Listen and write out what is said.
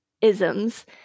isms